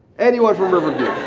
anyone from riverview?